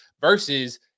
versus